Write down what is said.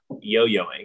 yo-yoing